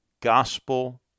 gospel